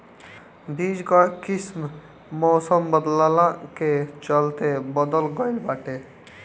बीज कअ किस्म मौसम बदलला के चलते बदल गइल बाटे